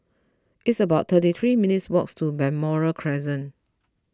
it's about thirty three minutes' walk to Balmoral Crescent